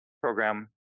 program